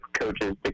coaches